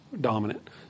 dominant